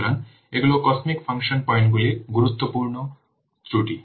সুতরাং এগুলি cosmic function পয়েন্টগুলির গুরুত্বপূর্ণ ত্রুটি